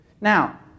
Now